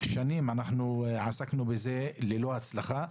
במשך שנים עסקנו בזה ללא הצלחה.